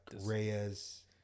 Reyes